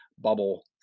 bubble